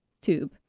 tube